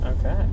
Okay